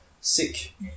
sick